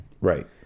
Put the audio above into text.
Right